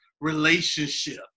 relationship